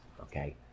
Okay